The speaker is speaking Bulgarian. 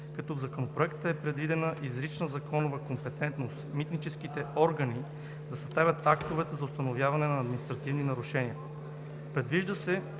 като в Законопроекта е предвидена изрична законова компетентност митническите органи да съставят актовете за установяване на административни нарушения. Предвижда се,